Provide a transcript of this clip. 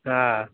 હા